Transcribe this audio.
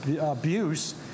abuse